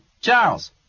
Charles